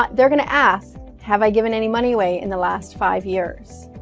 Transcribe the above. but they're going to ask have i given any money away in the last five years?